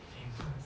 famous